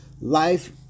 Life